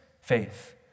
faith